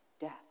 death